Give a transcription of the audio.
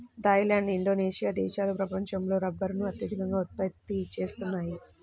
Thai land, Indonesia దేశాలు ప్రపంచంలో రబ్బరును అత్యధికంగా ఉత్పత్తి చేస్తున్నాయి